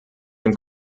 dem